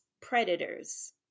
predators